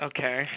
Okay